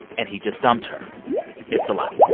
and he just dumped her it's a lot.